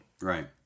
Right